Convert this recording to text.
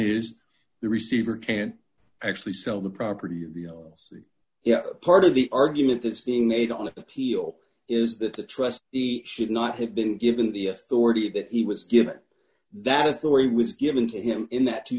is the receiver can't actually sell the property of you know it's part of the argument that's being made on appeal is that the trust the should not have been given the authority that he was given that authority was given to him in that two